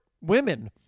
women